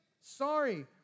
Sorry